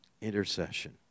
Intercession